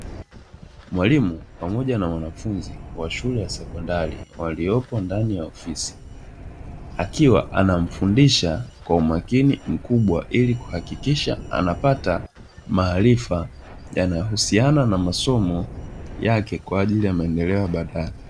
Mwalimu pamoja na wanafunzi wa shule ya sekondari waliopo ndani ya ofisi, akiwa anamfundisha kwa umakini mkubwa ili kuhakikisha anapata maarifa yanayohusiana na masomo yake kwa ajili ya maendeleo ya baadaye.